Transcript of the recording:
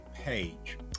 page